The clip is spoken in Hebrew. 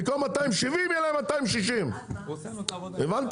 במקום 270 יהיו להם 260. הבנתם?